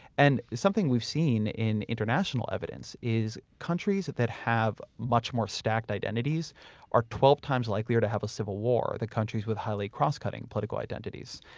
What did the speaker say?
and something we've seen in international evidence is countries that that have much more stacked identities are twelve times likelier to have a civil war, the countries with highly crosscutting political identities.